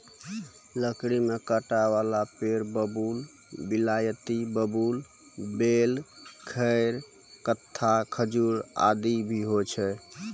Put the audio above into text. लकड़ी में कांटा वाला पेड़ बबूल, बिलायती बबूल, बेल, खैर, कत्था, खजूर आदि भी होय छै